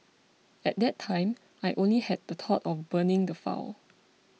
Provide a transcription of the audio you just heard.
at that time I only had the thought of burning the file